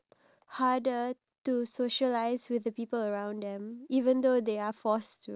ya like commenting on people's videos like those type of interactions